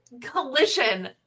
collision